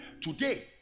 today